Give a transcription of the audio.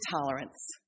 tolerance